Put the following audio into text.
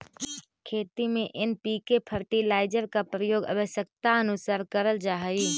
खेती में NPK fertilizer का उपयोग आवश्यकतानुसार करल जा हई